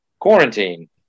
quarantine